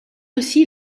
aussi